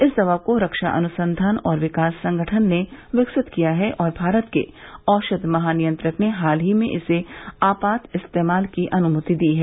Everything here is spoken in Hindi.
इस दवा को रक्षा अनुसंधान और विकास संगठन ने विकसित किया है और भारत के औषध महानियंत्रक ने हाल ही में इसके आपात इस्तेमाल की अनुमति दी है